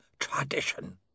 Tradition